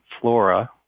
flora